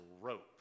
rope